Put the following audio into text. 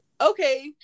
okay